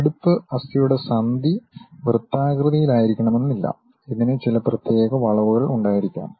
ഇടുപ്പ് അസ്ഥിയുടെ സന്ധി വൃത്താകൃതിയിലായിരിക്കണമെന്നില്ല ഇതിന് ചില പ്രത്യേക വളവുകൾ ഉണ്ടായിരിക്കാം